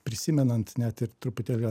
prisimenant net ir truputėlį gal